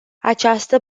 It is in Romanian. această